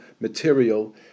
material